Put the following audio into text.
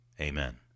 Amen